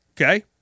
Okay